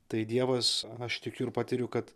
tai dievas aš tikiu ir patiriu kad